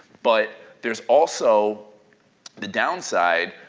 but there's also the downside,